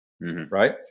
right